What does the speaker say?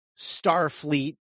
Starfleet